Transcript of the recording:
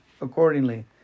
accordingly